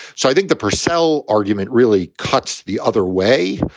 so i think the purcell argument really cuts the other way.